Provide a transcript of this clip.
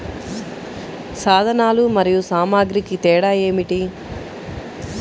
సాధనాలు మరియు సామాగ్రికి తేడా ఏమిటి?